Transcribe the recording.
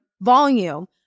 volume